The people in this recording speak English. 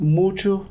mucho